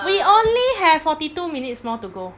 we only have forty two minutes more to go